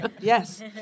Yes